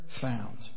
found